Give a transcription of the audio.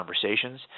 conversations